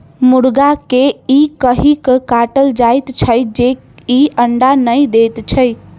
मुर्गा के ई कहि क काटल जाइत छै जे ई अंडा नै दैत छै